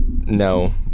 no